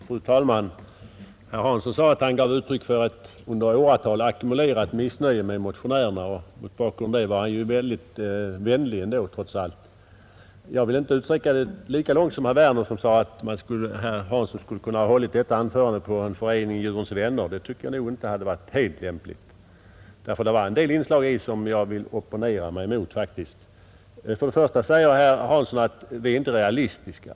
Fru talman! Herr Hansson i Skegrie sade att han gav uttryck för ett under åratal ackumulerat missnöje med motionärerna. Mot bakgrund av detta var han ändå trots allt mycket vänlig. Jag vill inte gå lika långt som herr Werner, som sade att herr Hansson skulle ha kunnat hålla detta anförande på en förening ”Djurens vänner”. Det hade nog inte varit helt lämpligt; det fanns väl en del inslag i hans anförande, som jag faktiskt vill opponera mig emot. Herr Hansson säger att vi inte är realistiska.